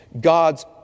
God's